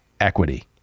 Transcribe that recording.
equity